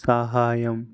సహాయం